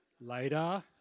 Later